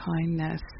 kindness